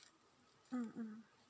mm mm